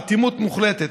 אטימות מוחלטת.